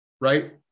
right